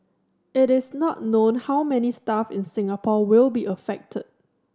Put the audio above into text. it is not known how many staff in Singapore will be affected